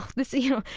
this, you know,